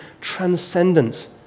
transcendent